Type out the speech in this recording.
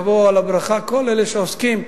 יבואו על הברכה כל אלה שעוסקים,